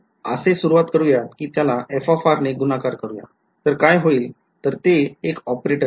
आपण असे सुरवात करूयात कि त्याला f ने गुणाकार करूयात तर काय होईल तर ते एक ऑपरेटर आहे